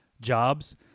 jobs